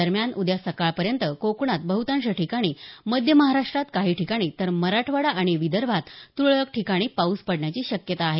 दरम्यान उद्या सकाळपर्यंत कोकणात बहुतांश ठिकाणी मध्य महाराष्ट्रात काही ठिकाणी तर मराठवाडा आणि विदभोत तुरळक ठिकाणी पाऊस पडण्याची शक्यता आहे